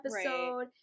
episode